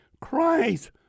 Christ